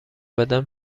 بدم